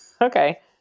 Okay